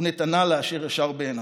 ונתנה לאשר ישר בעיניו,